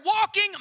walking